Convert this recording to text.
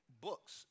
books